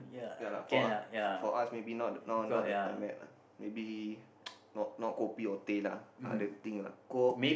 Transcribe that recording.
ya lah for us for us maybe now now not the time yet lah maybe not not kopi or teh lah other thing lah coke